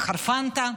התחרפנת?